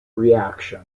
reaction